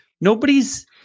Nobody's